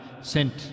sent